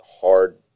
hard